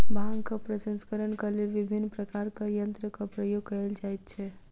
भांगक प्रसंस्करणक लेल विभिन्न प्रकारक यंत्रक प्रयोग कयल जाइत छै